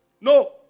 No